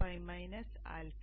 π απ